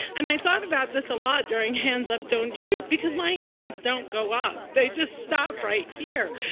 and i thought about this a lot during hands up, don't shoot, because my hands don't go up. they just stop right here.